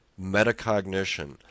metacognition